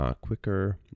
quicker